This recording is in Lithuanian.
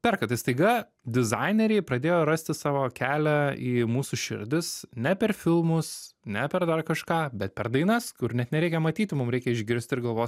perka tai staiga dizaineriai pradėjo rasti savo kelią į mūsų širdis ne per filmus ne per dar kažką bet per dainas kur net nereikia matyti mum reikia išgirsti ir galvos